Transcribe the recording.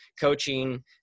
coaching